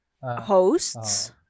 hosts